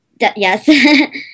Yes